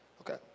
Okay